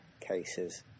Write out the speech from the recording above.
cases